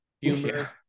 humor